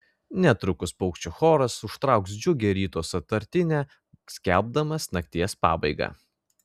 netrukus paukščių choras užtrauks džiugią ryto sutartinę skelbdamas nakties pabaigą